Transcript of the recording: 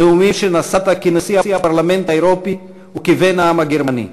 נאומים שנשאת כנשיא הפרלמנט האירופי וכבן העם הגרמני.